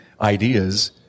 ideas